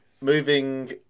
Moving